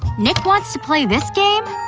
nick wants to play this game?